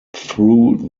through